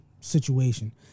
situation